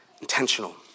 intentional